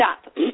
stop